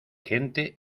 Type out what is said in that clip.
gente